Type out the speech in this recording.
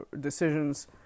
decisions